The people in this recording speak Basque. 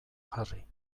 jarri